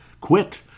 Quit